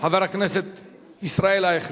חבר הכנסת ישראל אייכלר,